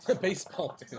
Baseball